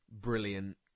brilliant